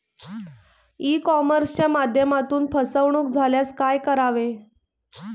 E कॉमर्सच्या माध्यमातून फसवणूक झाल्यास काय करावे?